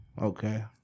Okay